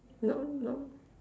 no no